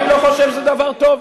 אני לא חושב שזה דבר טוב,